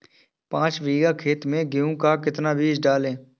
पाँच बीघा खेत में गेहूँ का कितना बीज डालें?